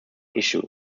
issue